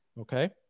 okay